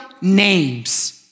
names